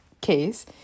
case